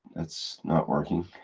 that's not working.